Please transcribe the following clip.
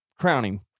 crowning